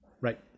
Right